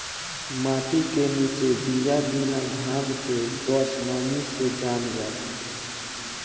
माटी के निचे बिया बिना घाम के बस नमी से जाम जाला